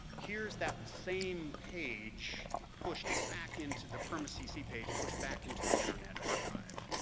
here's that same page pushed back into the perma cc page, pushed back into the internet archive.